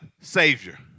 Savior